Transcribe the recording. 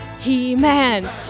he-man